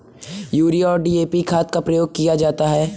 urea और DAP खाद का प्रयोग किया जाता है